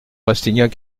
rastignac